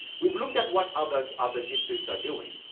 we have looked at what others of the districts are doing.